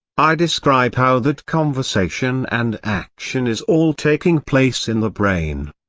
i describe how that conversation and action is all taking place in the brain.